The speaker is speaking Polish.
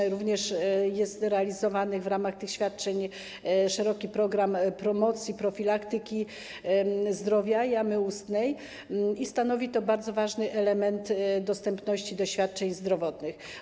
Jest również realizowany w ramach tych świadczeń szeroki program promocji profilaktyki zdrowia jamy ustnej i stanowi to bardzo ważny element dostępności do świadczeń zdrowotnych.